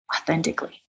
authentically